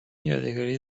یادگاری